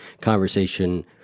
conversation